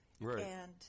Right